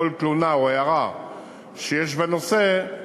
כל תלונה או הערה שיש בנושא,